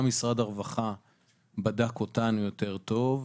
גם משרד הרווחה בדק אותנו יותר טוב.